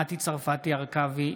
מטי צרפתי הרכבי,